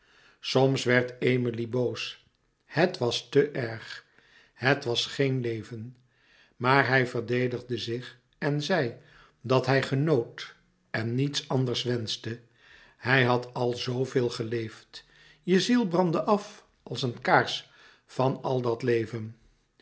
soms werd emilie boos het was te erg het was geen leven maar hij verdedigde zich en zei dat hij genoot en niets anders wenschte hij had al zoo veel geleefd je ziel brandde af als een kaars van al dat leven